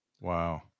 wow